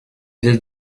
del